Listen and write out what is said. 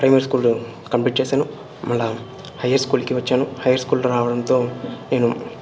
primary school complete చేశాను మళళ్ళీ higher స్కూల్కి వచ్చాను హైయ్యర్ స్కూల్ రావడంతో నేను